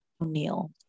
O'Neill